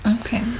okay